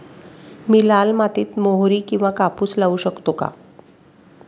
मी लाल मातीत मोहरी किंवा कापूस लावू शकतो का?